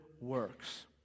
works